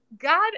god